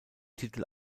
titel